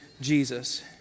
Jesus